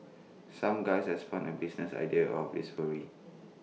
some guys have spun A business idea out of this worry